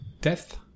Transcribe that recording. death